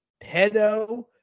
pedo